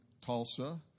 Tulsa